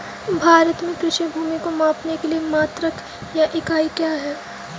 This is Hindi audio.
भारत में कृषि भूमि को मापने के लिए मात्रक या इकाई क्या है?